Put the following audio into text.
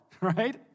right